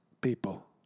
people